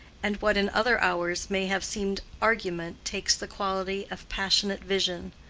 and what in other hours may have seemed argument takes the quality of passionate vision.